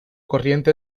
corriente